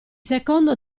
secondo